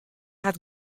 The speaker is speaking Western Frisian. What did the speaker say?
hat